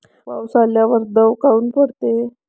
पाऊस आल्यावर दव काऊन पडते?